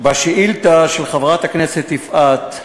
בשאילתה של חברת הכנסת יפעת קריב,